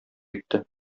итте